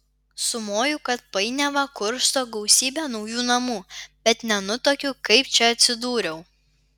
sumoju kad painiavą kursto gausybė naujų namų bet nenutuokiu kaip čia atsidūriau